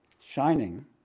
shining